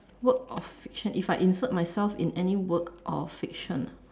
work of fiction if I insert myself in any work of fiction